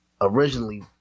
originally